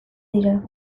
dira